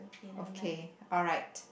okay alright